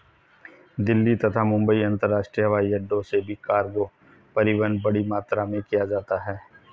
दिल्ली तथा मुंबई अंतरराष्ट्रीय हवाईअड्डो से भी कार्गो परिवहन बड़ी मात्रा में किया जाता है